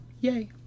Yay